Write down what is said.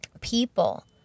people